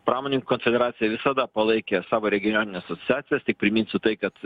pramoninkų konfederacija visada palaikė savo regionines asociacijas tik priminsiu tai kad